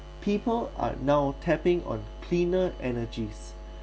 people are now tapping on cleaner energies